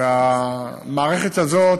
והמערכת הזאת,